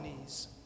knees